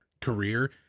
career